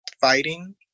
fighting